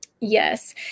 yes